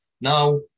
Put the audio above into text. Now